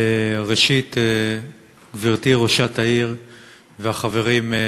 רק מזרים,